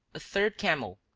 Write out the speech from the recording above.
a third camel,